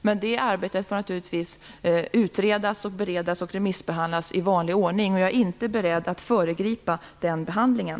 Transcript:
Men det arbetet får naturligtvis utredas, beredas och remissbehandlas i vanlig ordning. Jag är inte beredd att föregripa den behandlingen.